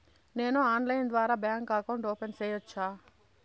నేను ఆన్లైన్ ద్వారా bank account open సేయొచ్చా?